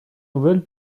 nouvelles